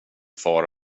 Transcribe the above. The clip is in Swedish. far